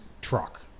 truck